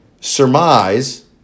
surmise